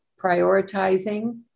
prioritizing